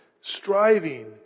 striving